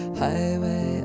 highway